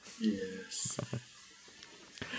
Yes